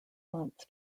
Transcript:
months